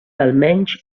almenys